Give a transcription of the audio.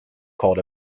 called